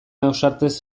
ausartez